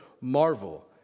marvel